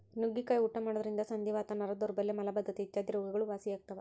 ನುಗ್ಗಿಕಾಯಿ ಊಟ ಮಾಡೋದ್ರಿಂದ ಸಂಧಿವಾತ, ನರ ದೌರ್ಬಲ್ಯ ಮಲಬದ್ದತೆ ಇತ್ಯಾದಿ ರೋಗಗಳು ವಾಸಿಯಾಗ್ತಾವ